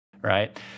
right